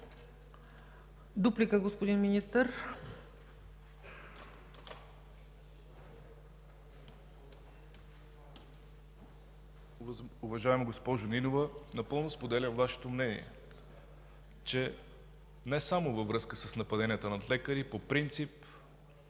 Дуплика, господин Министър.